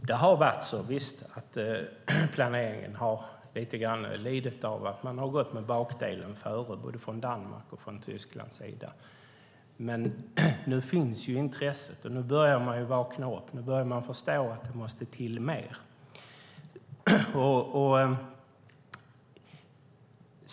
Visst har planeringen lidit av att man från både Danmarks och Tysklands sida har gått med bakdelen före. Men nu finns ju intresset, och nu börjar man vakna upp. Nu börjar man förstå att det måste till mer.